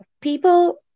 People